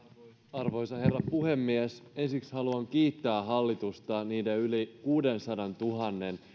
arvoisa herra puhemies ensiksi haluan kiittää hallitusta niiden yli kuudensadantuhannen